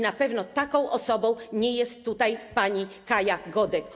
Na pewno taką osobą nie jest tutaj pani Kaja Godek.